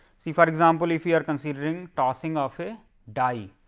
see for example, if we are considering tossing of a die,